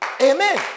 Amen